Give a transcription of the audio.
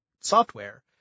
software